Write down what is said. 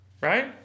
right